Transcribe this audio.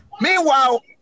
Meanwhile